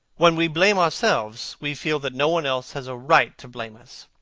when we blame ourselves, we feel that no one else has a right to blame us.